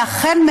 ואכן,